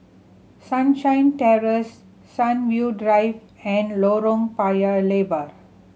Sunshine Terrace Sunview Drive and Lorong Paya Lebar